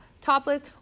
Topless